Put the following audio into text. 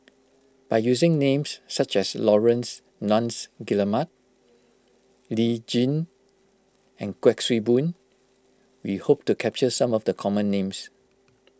by using names such as Laurence Nunns Guillemard Lee Tjin and Kuik Swee Boon we hope to capture some of the common names